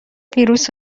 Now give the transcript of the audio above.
ویروس